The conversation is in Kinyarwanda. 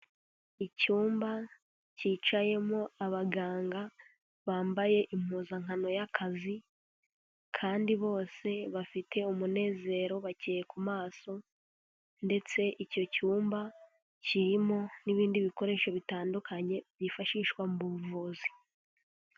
Icyumba cyicayemo abaganga bambaye impuzankano y'akazi, kandi bose bafite umunezero, bakeye ku maso ndetse icyo cyumba kirimo n'ibindi bikoresho bitandukanye byifashishwa mu buvuzi.